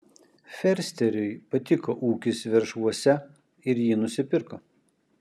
fersteriui patiko ūkis veršvuose ir jį nusipirko